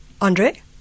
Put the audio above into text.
Andre